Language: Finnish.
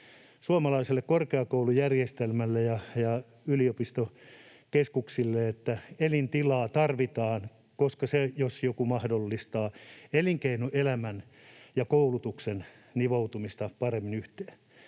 suomalaiselle korkeakoulujärjestelmälle ja yliopistokeskuksille, että elintilaa tarvitaan, koska se jos joku mahdollistaa elinkeinoelämän ja koulutuksen nivoutumista paremmin yhteen.